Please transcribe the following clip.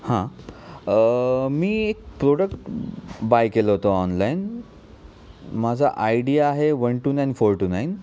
हा मी एक प्रॉडक्ट बाय केलं होत ऑनलाईन माझा आई डी आहे one two nine four two nine